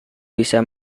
bisa